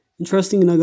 interesting